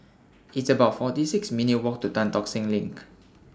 It's about forty six minutes' Walk to Tan Tock Seng LINK